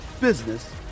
business